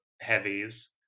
heavies